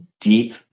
Deep